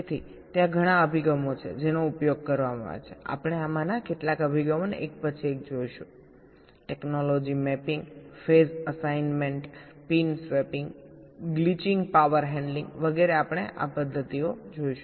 તેથી ત્યાં ઘણા અભિગમો છે જેનો ઉપયોગ કરવામાં આવે છે આપણે આમાંના કેટલાક અભિગમોને એક પછી એક જોઈશુંટેકનોલોજી mapping phase assignment pin swapping power handling વગેરે આપણે આ પદ્ધતિઓ જોઈશું